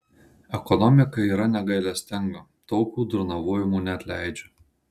ekonomika yra negailestinga tokių durnavojimų neatleidžia